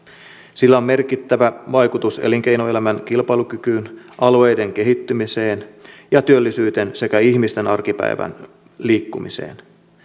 sillä on merkittävä vaikutus elinkeinoelämän kilpailukykyyn alueiden kehittymiseen ja työllisyyteen sekä ihmisten arkipäivän liikkumiseen